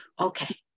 Okay